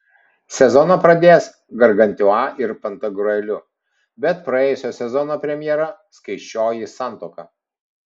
sezoną pradės gargantiua ir pantagriueliu bei praėjusio sezono premjera skaisčioji santuoka